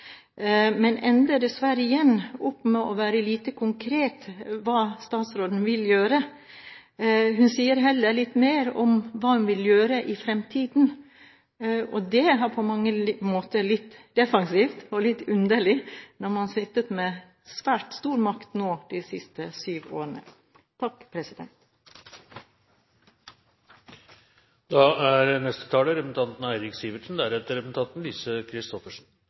men ender dessverre igjen opp med å være lite konkret om hva statsråden vil gjøre. Hun sier heller litt mer om hva hun vil gjøre i fremtiden, og det er på mange måter litt defensivt og litt underlig når man har sittet med svært stor makt de siste syv årene. Jeg vil, som flere andre talere, slutte meg til komplimentene til representanten